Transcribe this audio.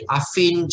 Afin